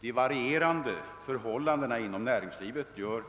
De varierande förhållandena inom näringslivet gör